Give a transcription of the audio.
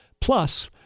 Plus